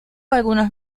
algunos